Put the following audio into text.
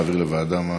להעביר לוועדה?